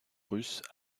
russe